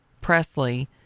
Presley